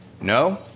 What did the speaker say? No